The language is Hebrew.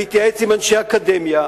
אני רוצה להתייעץ עם אנשי אקדמיה,